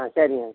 ஆ சரிங்க